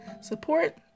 support